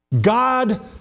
God